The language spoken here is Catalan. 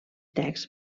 text